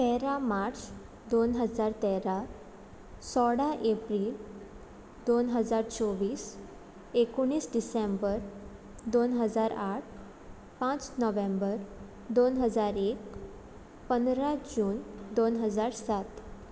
तेरा मार्च दोन हजार तेरा सोडा एप्रिल दोन हजार चोव्वीस एकुणीस डिसेंबर दोन हजार आठ पांच नोव्हेंबर दोन हजार एक पंदरा जून दोन हजार सात